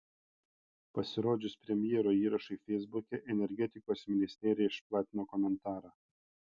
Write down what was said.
pasirodžius premjero įrašui feisbuke energetikos ministerija išplatino komentarą